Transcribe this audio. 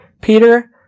Peter